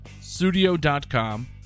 studio.com